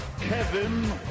Kevin